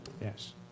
Yes